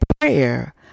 prayer